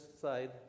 side